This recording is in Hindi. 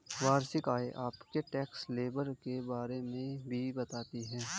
वार्षिक आय आपके टैक्स स्लैब के बारे में भी बताती है